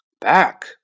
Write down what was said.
Back